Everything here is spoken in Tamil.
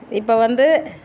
இப்போ வந்து